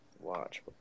Watch